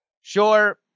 Sure